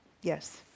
Yes